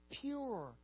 pure